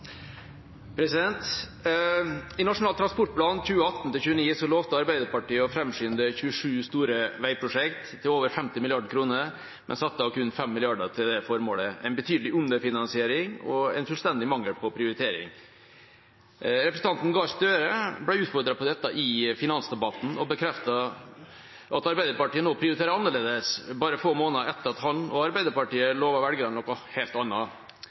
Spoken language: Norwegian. I Nasjonal transportplan 2018–2029 lovte Arbeiderpartiet å framskynde 27 store veiprosjekter, til over 50 mrd. kr, men satte av kun 5 mrd. kr til formålet – en betydelig underfinansiering og en fullstendig mangel på prioritering. Representanten Gahr Støre ble utfordret på dette i finansdebatten og bekreftet at Arbeiderpartiet nå prioriterer annerledes, bare få måneder etter at han og Arbeiderpartiet lovte velgerne noe helt